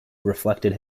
reflected